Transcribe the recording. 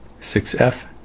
6F